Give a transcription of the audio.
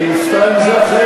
אני מצטער אם זה אחרת.